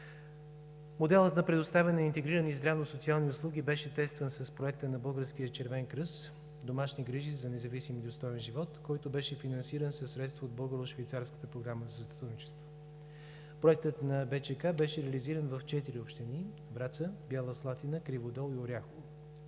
Моделът на предоставяне на интегрираните здравно-социални услуги беше тестван с Проекта на Българския червен кръст „Домашни грижи за независим и достоен живот“, който беше финансиран със средства от Българо-швейцарската програма за сътрудничество. Проектът на БЧК беше реализиран в четири общини – Враца, Бяла Слатина, Криводол и Оряхово.